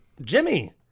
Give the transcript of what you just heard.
Jimmy